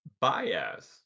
bias